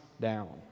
down